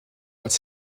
als